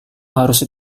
harus